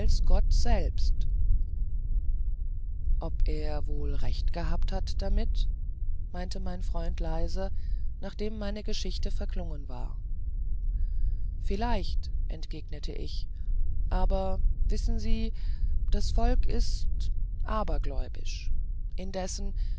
gott selbst ob er wohl recht gehabt hat damit meinte mein freund leise nachdem meine geschichte verklungen war vielleicht entgegnete ich aber wissen sie das volk ist abergläubisch indessen